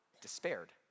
despaired